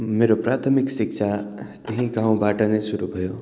मेरो प्राथमिक शिक्षा त्यही गाउँबाट नै सुरु भयो